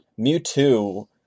Mewtwo